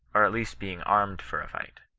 or at least being armed for a fight.